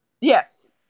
Yes